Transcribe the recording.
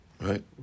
Right